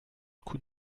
coup